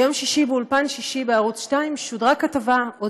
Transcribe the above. ביום שישי באולפן שישי בערוץ 22 שודרה כתבה על